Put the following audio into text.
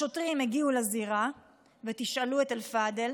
השוטרים הגיעו לזירה ותשאלו את אלפדל,